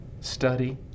Study